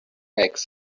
makes